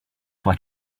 what